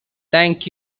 thank